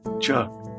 Chuck